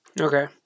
Okay